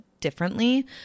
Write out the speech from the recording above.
differently